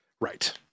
Right